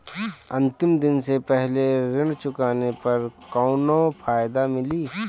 अंतिम दिन से पहले ऋण चुकाने पर कौनो फायदा मिली?